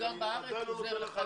אני עדיין לא מאפשר לך.